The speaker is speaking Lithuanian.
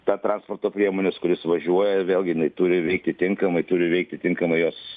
ta transporto priemonė kur jis važiuoja vėlgi jinai turi veikti tinkamai turi veikti tinkamai jos